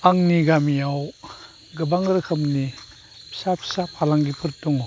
आंनि गामियाव गोबां रोखोमनि फिसा फिसा फालांगिफोर दङ